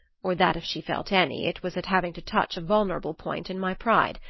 or that if she felt any it was at having to touch a vulnerable point in my pride.